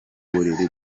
buriri